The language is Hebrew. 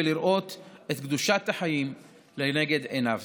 ולראות את קדושת החיים לנגד עיניו.